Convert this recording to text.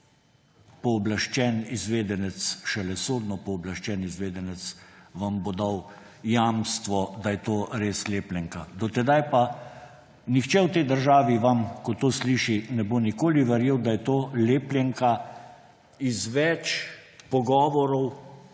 posnetek, no. Ampak šele sodno pooblaščen izvedenec vam bo dal jamstvo, da je to res lepljenka. Do tedaj pa nihče v tej državi vam, ko to sliši, ne bo nikoli verjel, da je to lepljenka − iz več pogovorov